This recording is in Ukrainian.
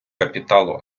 капіталу